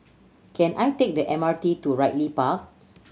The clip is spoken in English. can I take the M R T to Ridley Park